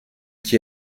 qui